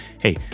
hey